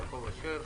חבר הכנסת יעקב אשר,